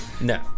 No